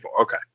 okay